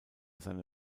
seine